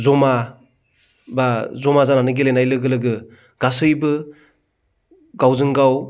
जमा बा जमा जानानै गेलेनाय लोगो लोगो गासैबो गावजोंगाव